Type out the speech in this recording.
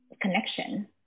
connection